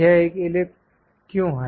यह एक इलिप्स क्यों है